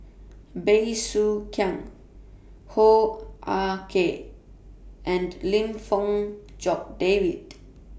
Bey Soo Khiang Hoo Ah Kay and Lim Fong Jock David